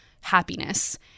happiness